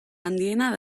handiena